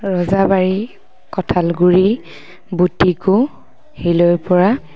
ৰজাবাৰী কঠালগুড়ী বুটিকু হিলৈপৰা